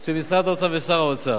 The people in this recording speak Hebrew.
של משרד האוצר ושר האוצר.